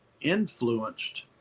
influenced